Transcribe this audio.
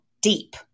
deep